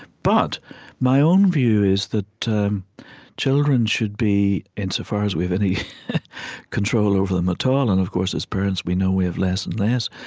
but my own view is that children should be insofar as we have any control over them at ah all, and of course, as parents, we know we have less and less,